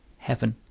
heaven.